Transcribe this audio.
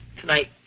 Tonight